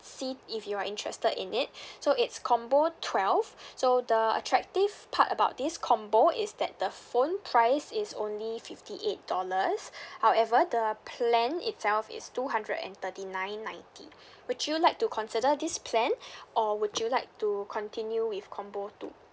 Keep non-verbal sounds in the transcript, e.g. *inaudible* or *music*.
see if you are interested in it *breath* so it's combo twelve so the attractive part about this combo is that the phone price is only fifty eight dollars *breath* however the plan itself is two hundred and thirty nine ninety would you like to consider this plan *breath* or would you like to continue with combo two